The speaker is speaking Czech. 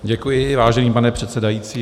Děkuji, vážený pane předsedající.